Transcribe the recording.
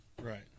Right